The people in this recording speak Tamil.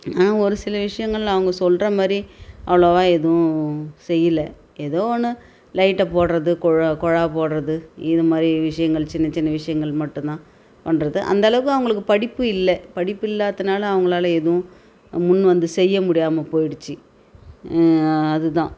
ஆனால் ஒரு சில விஷயங்கள் அவங்க சொல்கிற மாதிரி அவ்வளோவா எதுவும் செய்யல ஏதோ ஒன்று லைட் போடுறது குழ குழா போடுறது இது மாதிரி விஷயங்கள் சின்ன சின்ன விஷயங்கள் மட்டும் தான் பண்ணுறது அந்த அளவுக்கு அவங்களுக்கு படிப்பு இல்லை படிப்பு இல்லாததனால அவங்களால் எதுவும் முன் வந்து செய்ய முடியாமல் போய்டுச்சு அது தான்